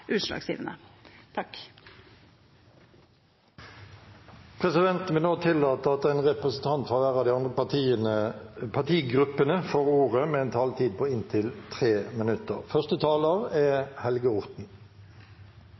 utslagsgivende. Presidenten vil nå tillate at én representant fra hver av de andre partigruppene får ordet, med en taletid på inntil 3 minutter. Som representanten Myrli for så vidt redegjorde for, har transport- og kommunikasjonskomiteen tre